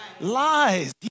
lies